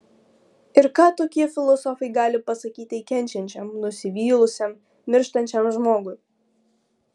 ir ką tokie filosofai gali pasakyti kenčiančiam nusivylusiam mirštančiam žmogui